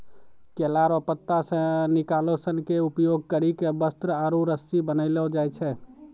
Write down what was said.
केला रो पत्ता से निकालो सन के उपयोग करी के वस्त्र आरु रस्सी बनैलो जाय छै